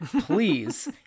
please